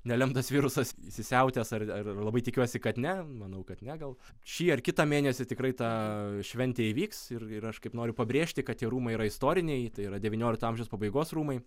nelemtas virusas įsisiautės ar ar labai tikiuosi kad ne manau kad ne gal šį ar kitą mėnesį tikrai ta šventė įvyks ir ir aš kaip noriu pabrėžti kad tie rūmai yra istoriniai tai yra devyniolikto amžiaus pabaigos rūmai